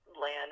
land